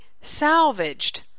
salvaged